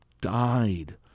died